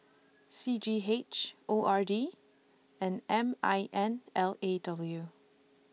C G H O R D and M I N L A W